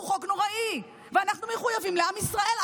הוא חוק נורא, ואנחנו מחויבים לעם ישראל.